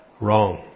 wrong